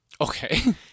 okay